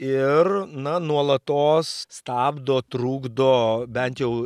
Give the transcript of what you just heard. ir na nuolatos stabdo trukdo bent jau